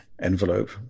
envelope